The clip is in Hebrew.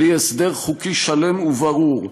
בלי הסדר חוקי שלם וברור,